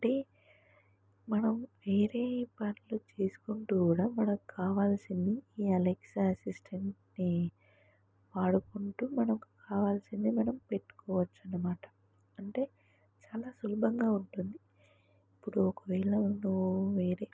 అంటే మనం వేరే పనులు చేసుకుంటూ కూడా మనకు కావాల్సింది ఈ అలెక్సా అసిస్టెంట్ని వాడుకుంటూ మనకు కావాల్సింది మనం పెట్టుకోవచ్చునమాట అంటే చాలా సులభంగా ఉంటుంది ఇప్పుడు ఒకవేళ ను వేరే